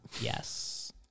Yes